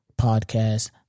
podcast